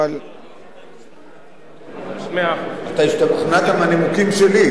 אתה השתכנעת מהנימוקים שלי.